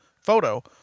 photo